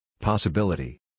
Possibility